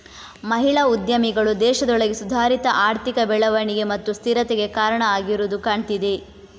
ಮಹಿಳಾ ಉದ್ಯಮಿಗಳು ದೇಶದೊಳಗೆ ಸುಧಾರಿತ ಆರ್ಥಿಕ ಬೆಳವಣಿಗೆ ಮತ್ತು ಸ್ಥಿರತೆಗೆ ಕಾರಣ ಆಗಿರುದು ಕಾಣ್ತಿದೆ